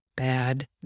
Bad